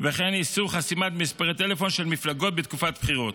וכן איסור חסימת מספרי טלפון של מפלגות בתקופת בחירות.